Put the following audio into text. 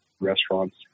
restaurants